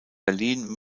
berlin